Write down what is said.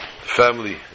family